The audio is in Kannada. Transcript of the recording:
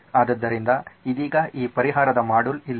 ಆದ್ದರಿಂದ ಇದೀಗ ಈ ಪರಿಹಾರದ ಮಾಡ್ಯೂಲ್ ಇಲ್ಲಿದೆ